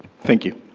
thank you.